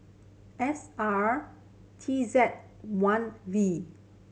S R T Z one V